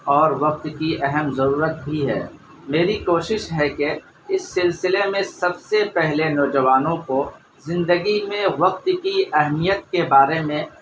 اور وقت کی اہم ضرورت بھی ہے میری کوشش ہے کہ اس سلسلے میں سب سے پہلے نوجوانوں کو زندگی میں وقت کی اہمیت کے بارے میں